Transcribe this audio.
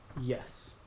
Yes